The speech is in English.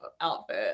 outfit